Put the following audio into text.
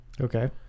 Okay